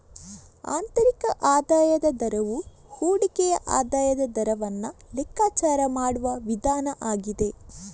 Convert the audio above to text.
ಆಂತರಿಕ ಆದಾಯದ ದರವು ಹೂಡಿಕೆಯ ಆದಾಯದ ದರವನ್ನ ಲೆಕ್ಕಾಚಾರ ಮಾಡುವ ವಿಧಾನ ಆಗಿದೆ